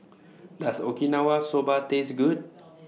Does Okinawa Soba Taste Good